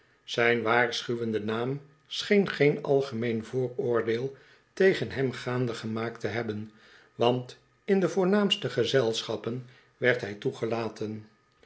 zijn waarschuwende naam scheen geen algemeen vooroordeel tegen hem gaande gemaakt te hebben want in de voornaamste gezelschappen werd hij toegelaten